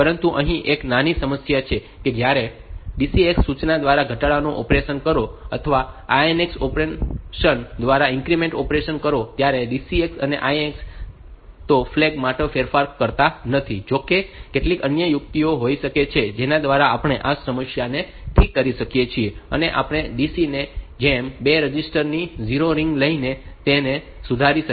પરંતુ અહીં એક નાની સમસ્યા એ છે કે જ્યારે તમે DCX સૂચના દ્વારા ઘટાડાનું ઑપરેશન કરો અથવા INX ઑપરેશન દ્વારા ઇન્ક્રીમેન્ટ ઑપરેશન કરો ત્યારે DCX અને INX તેઓ ફ્લેગ માં ફેરફાર કરતા નથી જો કે કેટલીક અન્ય યુક્તિઓ હોઈ શકે છે કે જેના દ્વારા આપણે આ સમસ્યાને ઠીક કરી શકીએ છીએ અને આપણે DC ની જેમ 2 રજીસ્ટર ની O રીંગ લઈને તેને સુધારી શકીએ છીએ